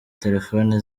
telephone